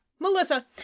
Melissa